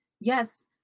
yes